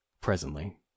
presently